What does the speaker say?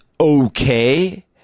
okay